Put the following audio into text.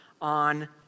on